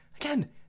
again